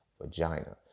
vagina